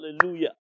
Hallelujah